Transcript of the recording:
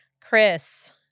Chris